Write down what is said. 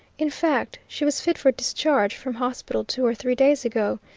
in fact, she was fit for discharge from hospital two or three days ago,